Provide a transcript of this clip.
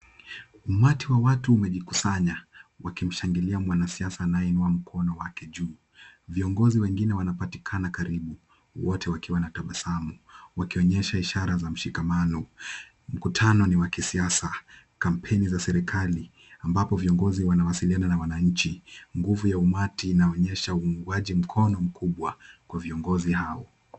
Umati wa watu umejikusanya, wakimshangilia mwanasiasa anayeinua mkono wake juu. Viongozi wengine wanapatikana karibu, wote wakiwa na tabasamu. Wakionyesha ishara za mshikamano. Mkutano ni wa kisiasa, kampeni za serikali, ambapo viongozi wanawasiliana na wananchi. Nguvu ya umati inaonyesha uunguaji mkono mkubwa kwa viongozi hao.